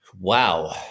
Wow